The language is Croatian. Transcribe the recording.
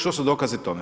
Što su dokazi tome?